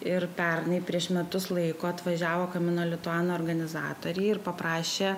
ir pernai prieš metus laiko atvažiavo kamino lituano organizatoriai ir paprašė